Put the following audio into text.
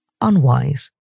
Unwise